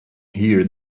hear